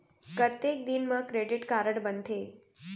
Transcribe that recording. कतेक दिन मा क्रेडिट कारड बनते?